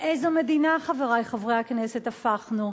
לאיזו מדינה, חברי חברי הכנסת, הפכנו?